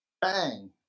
Bang